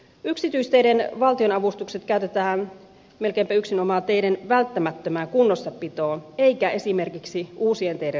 yksityisteiden valtionavustukset käytetään melkeinpä yksinomaan teiden välttämättömään kunnossapitoon eikä esimerkiksi uusien teiden rakentamiseen